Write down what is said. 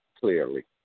clearly